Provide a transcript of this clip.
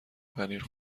پنیر